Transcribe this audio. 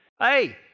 Hey